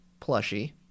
plushie